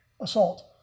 assault